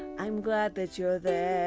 i'm glad that you're there.